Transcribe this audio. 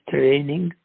Training